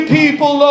people